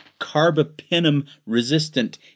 carbapenem-resistant